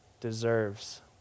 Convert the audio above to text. deserves